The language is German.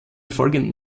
folgenden